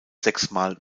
sechsmal